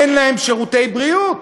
אין להם שירותי בריאות.